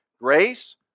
Grace